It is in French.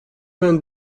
vingt